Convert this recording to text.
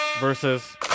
versus